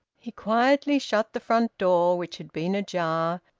he quietly shut the front door, which had been ajar,